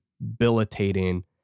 debilitating